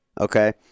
okay